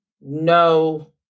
no